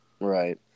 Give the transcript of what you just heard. Right